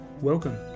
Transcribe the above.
Welcome